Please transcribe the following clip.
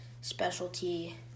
specialty